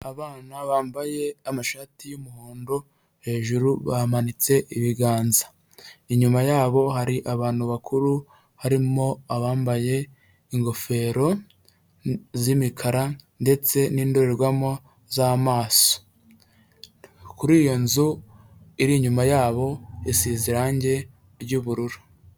Abana bambaye amashati y'umuhondo hejuru bamanitse ibiganza, inyuma yabo hari abantu bakuru harimo abambaye ingofero z'imikara ndetse n'indorerwamo z'amaso, kuri iyo nzu iri inyuma yabo isize irangi ry'ubururu.